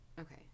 Okay